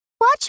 Watch